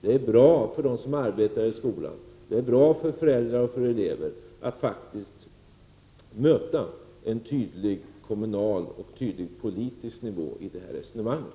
Det är bra för dem som arbetar i skolan — och för föräldrar och elever — att faktiskt möta en tydlig kommunal och en tydlig politisk nivå i det här resonemanget.